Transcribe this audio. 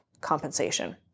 compensation